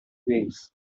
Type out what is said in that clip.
ways